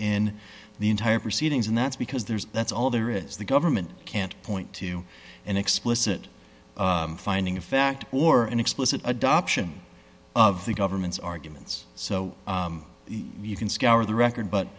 in the entire proceedings and that's because there's that's all there is the government can't point to an explicit finding of fact or an explicit adoption of the government's arguments so you can scour the record but